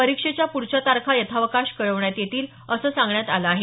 परीक्षेच्या प्ढच्या तारखा यथावकाश कळवण्यात येतील असं सांगण्यात आलं आहे